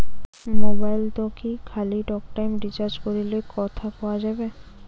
মোবাইলত কি খালি টকটাইম রিচার্জ করিলে কথা কয়া যাবে?